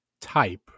type